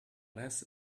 less